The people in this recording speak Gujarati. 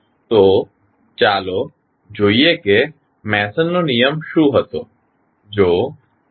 તો ચાલો જોઈએ કે મેસનનો નિયમ Mason's rule શું હતો